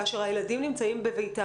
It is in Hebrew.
כאשר הילדים נמצאים בביתם.